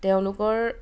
তেওঁলোকৰ